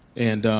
and,